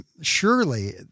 surely